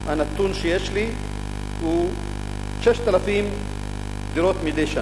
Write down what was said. הנתון שיש לי הוא 6,000 דירות מדי שנה.